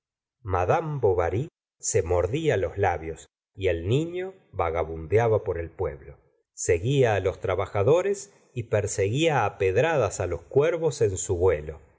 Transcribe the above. madame bovary se mordía los labios y el niño vagabundeaba por el pueblo seguía á los trabajadores y perseguía á pedradas á los cuervos en su vuelo